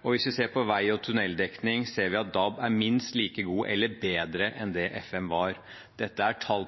Hvis vi ser på vei- og tunneldekning, ser vi at DAB er minst like god eller bedre enn FM var. Dette er tall